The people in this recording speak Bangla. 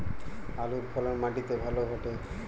আলুর ফলন মাটি তে ভালো ঘটে?